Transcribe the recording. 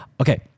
Okay